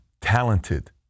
talented